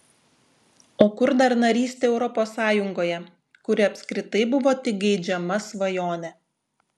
o kur dar narystė europos sąjungoje kuri apskritai buvo tik geidžiama svajonė